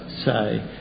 say